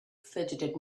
fidgeted